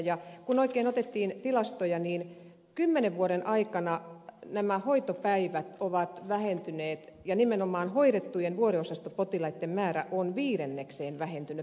ja kun oikein otettiin tilastoja niin kymmenen vuoden aikana nämä hoitopäivät ovat vähentyneet ja nimenomaan hoidettujen vuodeosastopotilaitten määrä on viidennekseen vähentynyt